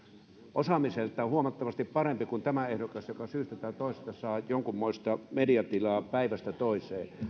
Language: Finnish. osaamiseltaan huomattavasti parempi kuin tämä ehdokas joka syystä saa jonkunmoista mediatilaa päivästä toiseen